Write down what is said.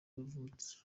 yavutse